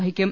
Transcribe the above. വഹിക്കും